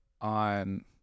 on